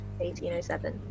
1807